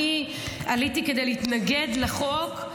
אני עליתי כדי להתנגד לחוק,